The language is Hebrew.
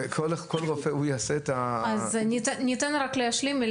שכל רופא יעשה את --- ניתן רק להשלים.